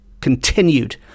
continued